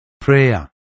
Prayer